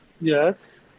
Yes